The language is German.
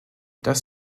das